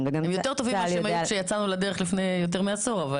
הם יותר טובים ממה שהם היו כשיצאנו לדרך לפני יותר מעשור.